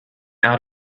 out